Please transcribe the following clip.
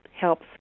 Helps